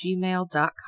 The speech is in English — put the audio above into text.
gmail.com